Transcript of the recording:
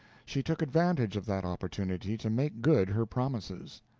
she took advantage of that opportunity to make good her promises.